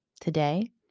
today